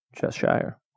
Cheshire